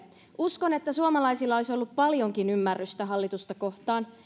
uskon että suomalaisilla olisi ollut paljonkin ymmärrystä hallitusta kohtaan